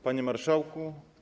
Panie Marszałku!